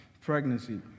pregnancy